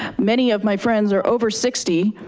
many of my friends are over sixty,